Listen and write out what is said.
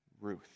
Ruth